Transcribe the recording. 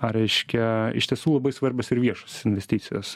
ar reiškia iš tiesų labai svarbios ir viešosios investicijos